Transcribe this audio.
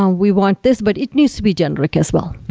um we want this, but it needs to be generic as well.